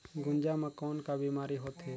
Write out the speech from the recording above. गुनजा मा कौन का बीमारी होथे?